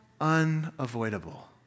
unavoidable